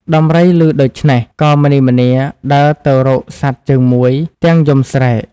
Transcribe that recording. ដំរីឮដូច្នេះ ក៏ម្នីម្នាដើរទៅរកសត្វជើងមួយទាំងយំស្រែក។